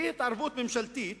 אי-התערבות ממשלתית